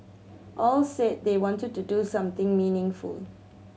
all said they wanted to do something meaningful